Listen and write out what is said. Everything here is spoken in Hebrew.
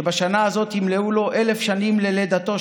שבשנה הזאת ימלאו 1,000 שנים ללידתו,